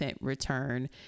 return